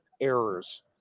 errors